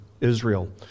Israel